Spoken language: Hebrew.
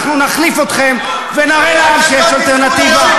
ואנחנו נחליף אתכם ונראה לעם שיש אלטרנטיבה,